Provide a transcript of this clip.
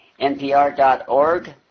npr.org